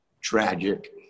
Tragic